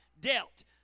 dealt